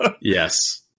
Yes